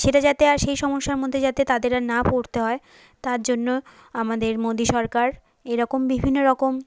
সেটা যাতে আর সেই সমস্যার মধ্যে যাতে তাদের আর না পড়তে হয় তার জন্য আমাদের মোদি সরকার এরকম বিভিন্ন রকম